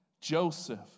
Joseph